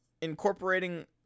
incorporating